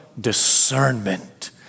discernment